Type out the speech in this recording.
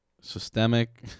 systemic